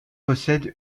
possède